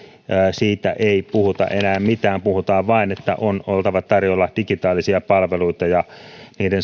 siitä ei puhuta enää mitään puhutaan vain että on oltava tarjolla digitaalisia palveluita ja niiden